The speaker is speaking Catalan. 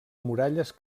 muralles